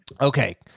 Okay